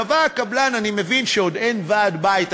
קבע הקבלן - אני מבין שעוד אין ועד בית,